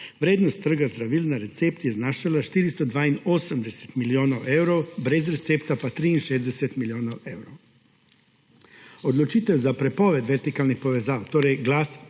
Vrednost trga zdravil na recept je znašala 482 milijonov evrov, brez recepta pa 63 milijonov evrov. Odločitev za prepoved vertikalnih povezav, torej glas